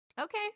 okay